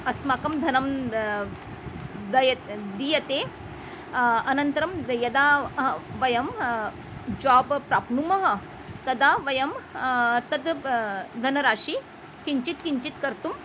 अस्माकं धनं दीयते दीयते अनन्तरं यदा वयं जोब् प्राप्नुमः तदा वयं तद् धनराशिः किञ्चित् किञ्चित् कर्तुं